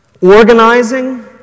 organizing